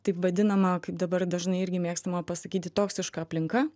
taip vadinama kaip dabar dažnai irgi mėgstama pasakyti toksiška aplinka